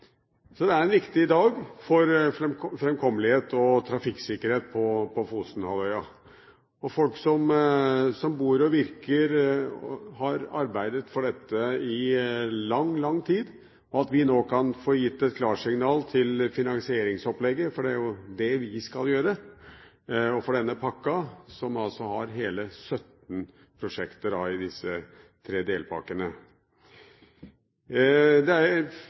Så det er en viktig dag for fremkommelighet og trafikksikkerhet på Fosenhalvøya for folk som bor og virker der og har arbeidet for dette i lang, lang tid, at vi nå kan få gitt et klarsignal til finansieringsopplegget – for det er det vi skal gjøre – og for denne pakka, og det er hele 17 prosjekter i disse tre delpakkene. Det er